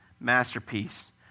masterpiece